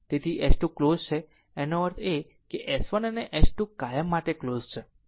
તેથી S 2 close છે આનો અર્થ છે S 1 અને S2 કાયમ માટે ક્લોઝ છે